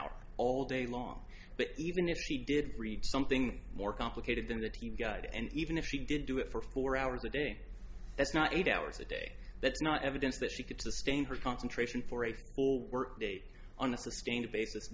hour all day long but even if he did something more complicated than a t v guide and even if she did do it for four hours a day that's not eight hours a day that's not evidence that she could sustain her concentration for a full work day on